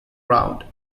round